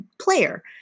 player